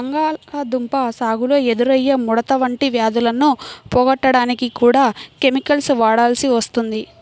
బంగాళాదుంప సాగులో ఎదురయ్యే ముడత వంటి వ్యాధులను పోగొట్టడానికి కూడా కెమికల్స్ వాడాల్సి వస్తుంది